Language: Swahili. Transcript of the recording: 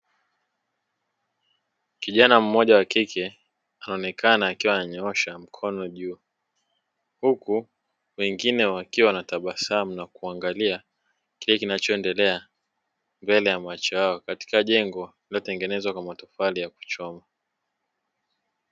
Kijana mmoja wa kike anaonekana akiwa ananyoosha mkono juu, huku wengine wakiwa wanatabasamu na kuangalia kile kinachoendelea mbele ya macho yao katika jengo lililotengenezwa kwa matofali yaliyochomwa.